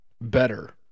better